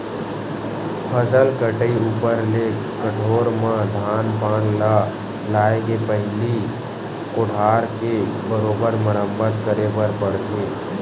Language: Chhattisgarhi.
फसल कटई ऊपर ले कठोर म धान पान ल लाए के पहिली कोठार के बरोबर मरम्मत करे बर पड़थे